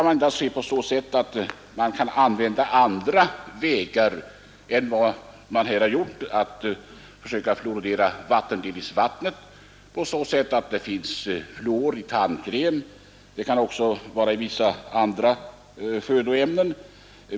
Man kan gå andra vägar än att försöka fluorera vattenledningsvattnet. Det finns fluor i tandkräm. Det kan också vara fluor i vissa andra födoämnen.